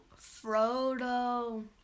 Frodo